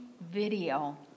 video